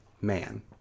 man